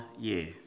year